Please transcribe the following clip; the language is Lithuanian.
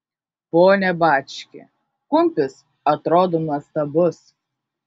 pone bački kumpis atrodo nuostabus